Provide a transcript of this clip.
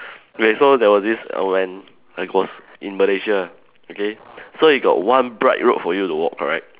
K so there was this err when like was in Malaysia okay so it got one bright road for you to walk correct